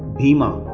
bhima